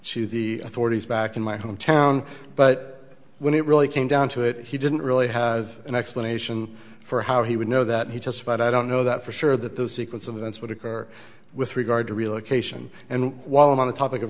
to the authorities back in my hometown but when it really came down to it he didn't really have an explanation for how he would know that he testified i don't know that for sure that the sequence of events would occur with regard to relocation and while i'm on the topic of